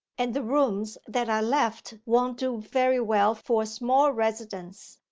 and the rooms that are left won't do very well for a small residence.